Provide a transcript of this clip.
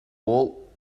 wall